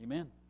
Amen